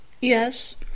yes